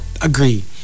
agree